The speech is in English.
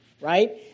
right